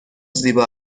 زیبا